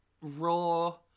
raw